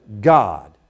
God